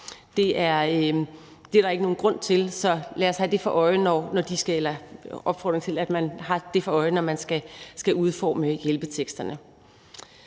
det være en opfordring til, at man har det for øje, når man skal udforme hjælpeteksterne.